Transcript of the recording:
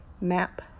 map